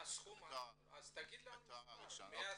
אז תגיד לנו כמה.